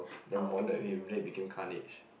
then bonded with him then he became Carnage